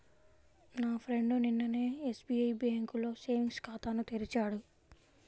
నా ఫ్రెండు నిన్ననే ఎస్బిఐ బ్యేంకులో సేవింగ్స్ ఖాతాను తెరిచాడు